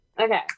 okay